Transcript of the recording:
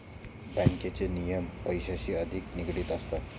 बँकेचे नियम पैशांशी अधिक निगडित असतात